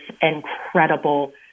incredible